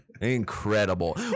Incredible